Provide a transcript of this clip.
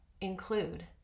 include